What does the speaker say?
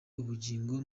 ubugingo